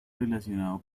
relacionado